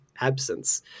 absence